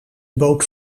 boot